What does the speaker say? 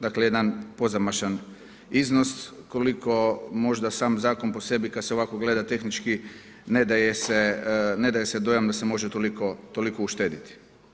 Dakle jedan pozamašan iznos koliko možda sam zakon po sebi kada se ovako gleda tehnički ne daje se dojam da se može toliko uštediti.